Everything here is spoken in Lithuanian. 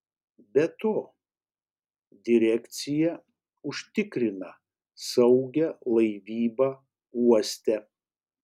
be to direkcija užtikrina saugią laivybą uoste